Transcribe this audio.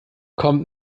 kommt